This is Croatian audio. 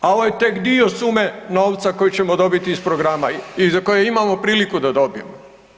A ovo je tek dio sume novca koji ćemo dobiti iz programa i koje imamo priliku da dobijemo.